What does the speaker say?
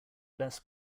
best